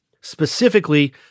Specifically